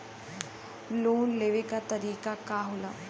Loan लेवे क तरीकाका होला?